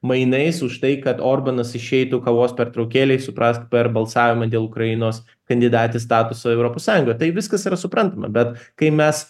mainais už tai kad orbanas išeitų kavos pertraukėlei suprask per balsavimą dėl ukrainos kandidatės statuso europos sąjungoje tai viskas yra suprantama bet kai mes